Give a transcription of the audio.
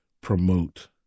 promote